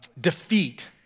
defeat